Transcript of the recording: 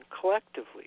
collectively